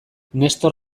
nestor